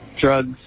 drugs